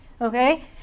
okay